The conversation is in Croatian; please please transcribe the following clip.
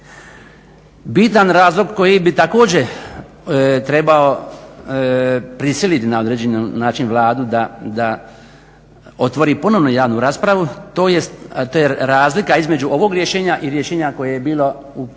Bitan razlog koji bi također trebao prisiliti na određeni način Vladu da otvori ponovno javnu raspravu, a tj., to je razlika između ovog rješenja i rješenja koje je bilo u zakonu